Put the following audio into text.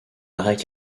arrêt